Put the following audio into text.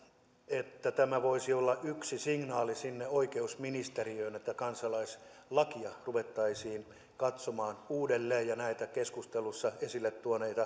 että tämä voisi olla yksi signaali oikeusministeriöön että kansalaislakia ruvettaisiin katsomaan uudelleen ja näitä keskustelussa esille